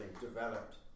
developed